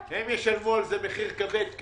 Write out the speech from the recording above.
הם ישלמו על זה מחיר כבד,